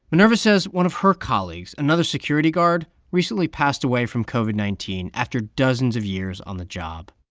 minerva says one of her colleagues, another security guard, recently passed away from covid nineteen after dozens of years on the job.